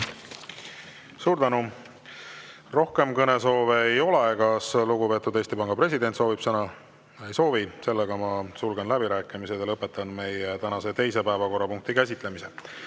Suur tänu! Rohkem kõnesoove ei ole. Kas lugupeetud Eesti Panga president soovib sõna? Ei soovi. Sulgen läbirääkimised ja lõpetan tänase teise päevakorrapunkti käsitlemise.